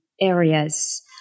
areas